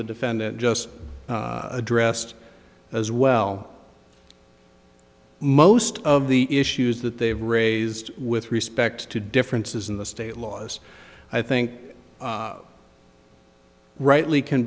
the defendant just addressed as well most of the issues that they've raised with respect to differences in the state laws i think rightly can